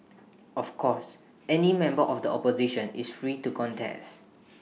of course any member of the opposition is free to contest